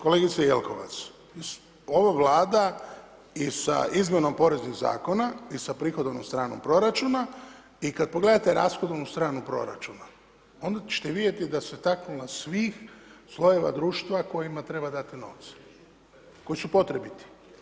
Kolegice Jelkovac, ova Vlada i sa izmjenom poreznih zakona i sa prihodovnom stranom proračuna i kada pogledate rashodovnu stranu proračuna, onda ćete vidjeti da se taknula svih slojeva društva kojima treba dati novce, koji su potrebiti.